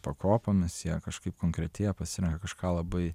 pakopomis jie kažkaip konkretėja pasirenka kažką labai